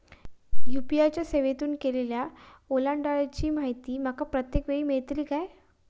UPI च्या सेवेतून केलेल्या ओलांडाळीची माहिती माका प्रत्येक वेळेस मेलतळी काय?